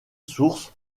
sources